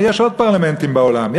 יש עוד פרלמנטים בעולם,